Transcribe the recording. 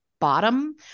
bottom